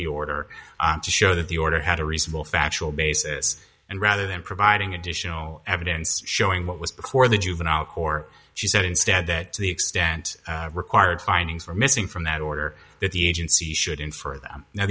the order to show that the order had a reasonable factual basis and rather than providing additional evidence showing what was before the juvenile court she said instead that to the extent required findings were missing from that order that the agency should infor of them now